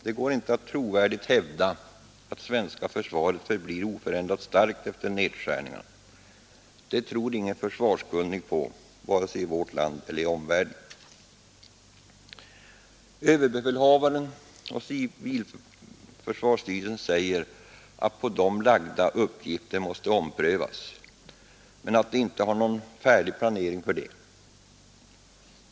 Det går inte att med trovärdighet hävda att det svenska försvaret förblir oförändrat starkt efter nedskärningarna. Det tror ingen försvarskunnig på vare sig i vårt land eller i omvärlden. Överbefälhavaren och civilförsvarsstyrelsen säger att på dem lagda uppgifter måste omprövas, men att de inte har någon färdig planering för detta.